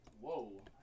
Whoa